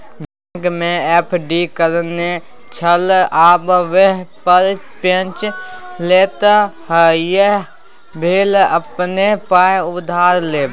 बैंकमे एफ.डी करेने छल आब वैह पर पैंच लेताह यैह भेल अपने पाय उधार लेब